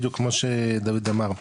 בדיוק כמו שדויד אמר,